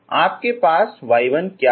आपके पास y1 क्या है